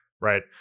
right